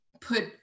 put